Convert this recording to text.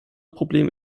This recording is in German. problem